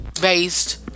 based